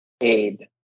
aid